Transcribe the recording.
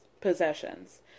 possessions